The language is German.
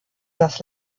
das